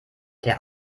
der